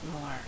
more